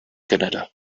canada